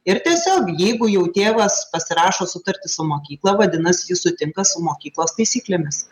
ir tiesiog jeigu jau tėvas pasirašo sutartį su mokykla vadinasi jis sutinka su mokyklos taisyklėmis